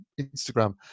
instagram